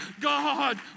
God